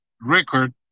record